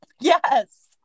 Yes